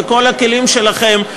וכל הכלים שלכם,